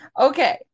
Okay